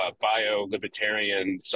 bio-libertarian